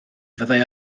fyddai